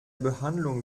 behandlung